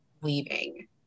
leaving